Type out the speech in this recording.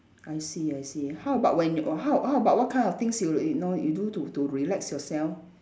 I see I see how about when or how how about what kind of things you you know you do to to relax yourself